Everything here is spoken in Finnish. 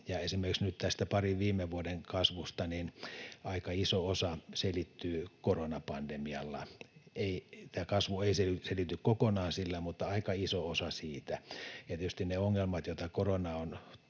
esimerkiksi nyt tästä parin viime vuoden kasvusta aika iso osa selittyy koronapandemialla. Tämä kasvu ei selity kokonaan sillä, mutta aika iso osa siitä, ja tietysti ne ongelmat, joita korona on